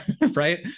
Right